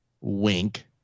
Wink